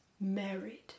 married